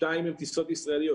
שתיים הן טיסות ישראליות.